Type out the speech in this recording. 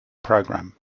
program